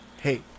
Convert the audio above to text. Hey